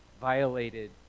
violated